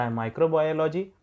microbiology